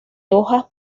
hoja